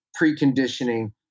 Preconditioning